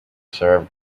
served